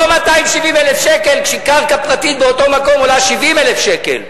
לא 270,000 שקל כשקרקע פרטית באותו מקום עולה 70,000 שקל.